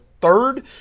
third